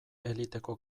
eliteko